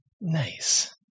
Nice